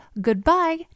goodbye